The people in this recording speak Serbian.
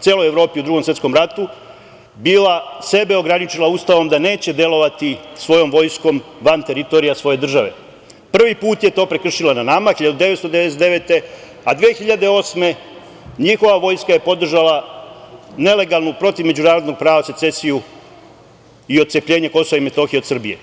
celoj Evropi u Drugom svetskom ratu bila sebe ograničila Ustavom da neće delovati svojom vojskom van teritorija svoje države, prvi put je to prekršila na nama 1999. godine, a 2008. njihova vojska je podržala nelegalnu protiv međunarodnog prava secesiju i otcepljenje KiM od Srbije.